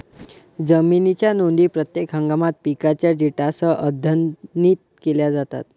जमिनीच्या नोंदी प्रत्येक हंगामात पिकांच्या डेटासह अद्यतनित केल्या जातात